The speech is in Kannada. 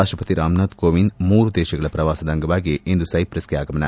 ರಾಷ್ಟಪತಿ ರಾಮ್ನಾಥ್ ಕೋವಿಂದ್ ಮೂರು ದೇಶಗಳ ಪ್ರವಾಸದ ಅಂಗವಾಗಿ ಇಂದು ಸೈಪ್ರೆಸ್ಗೆ ಆಗಮನ